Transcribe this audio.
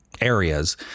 areas